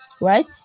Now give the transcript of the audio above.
Right